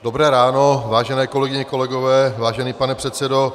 Dobré ráno, vážené kolegyně, kolegové, vážený pane předsedo.